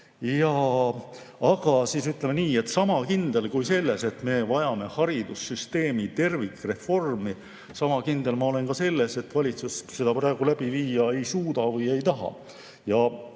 Aga ütleme nii, et sama kindel kui selles, et me vajame haridussüsteemi tervikreformi, olen ma ka selles, et valitsus seda praegu läbi viia ei suuda või ei taha.